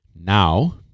now